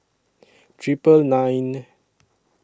Triple nine